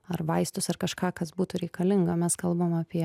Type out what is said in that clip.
ar vaistus ar kažką kas būtų reikalinga mes kalbam apie